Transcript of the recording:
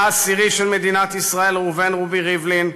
העשירי של מדינת ישראל ראובן רובי ריבלין,